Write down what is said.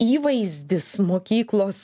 įvaizdis mokyklos